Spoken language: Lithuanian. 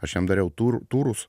aš jam dariau tur turus